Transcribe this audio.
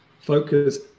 focus